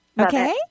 Okay